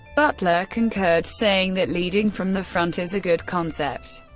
butler concurred, saying that leading from the front is a good concept,